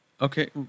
okay